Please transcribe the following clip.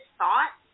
thought